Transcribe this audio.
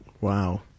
Wow